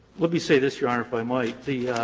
let me say this, your honor, if i might. the